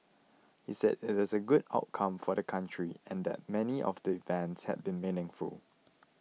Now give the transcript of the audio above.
he said it is a good outcome for the country and that many of the events had been meaningful